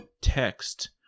text